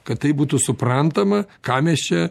kad tai būtų suprantama ką mes čia